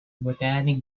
botanic